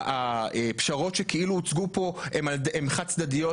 הפשרות שכאילו הוצגו פה הן חד צדדיות,